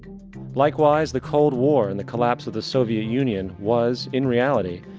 likewise the cold war and the collapse of the soviet union was, in reality,